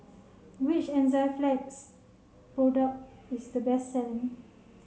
which Enzyplex product is the best selling